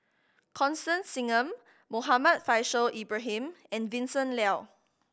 Constance Singam Muhammad Faishal Ibrahim and Vincent Leow